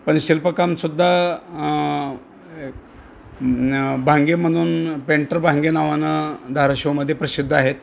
पण शिल्पकामसुद्धा भांगे म्हणून पेंटर भांगे नावानं धाराशिवमध्ये प्रसिद्ध आहेत